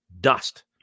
dust